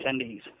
attendees